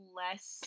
less